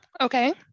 okay